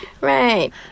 Right